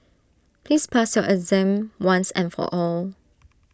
please pass your exam once and for all